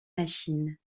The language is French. machines